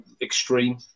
extreme